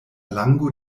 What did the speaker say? lango